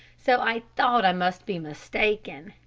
so i thought i must be mistaken,